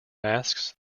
masks